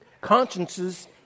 consciences